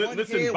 listen